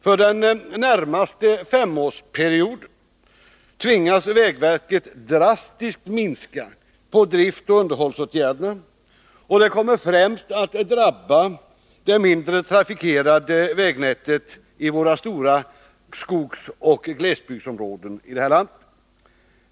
För den närmaste femårsperioden tvingas vägverket drastiskt minska på driftoch underhållsåtgärderna, och det kommer främst att drabba det mindre trafikerade vägnätet i våra stora skogsoch glesbygdsområden.